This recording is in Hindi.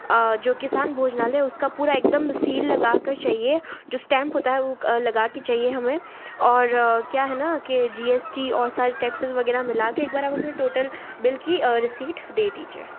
जो किसान भोजनालय उसका पूरा एकदम सील लगा कर चाहिए जो स्टैंप होता है वह लगा कर चाहिए हमें और क्या है न कि जी एस टी और सारे टैक्ससेस वगैरह मिला कर एक बार हमें टोटल बिल की रिसीट दे दीजिए